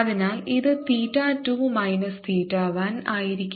അതിനാൽ ഇത് theta 2 minus theta 1 ആയിരിക്കും